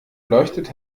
leuchtet